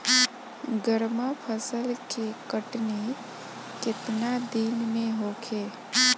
गर्मा फसल के कटनी केतना दिन में होखे?